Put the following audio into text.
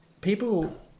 people